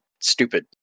stupid